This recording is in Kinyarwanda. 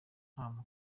nta